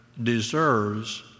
deserves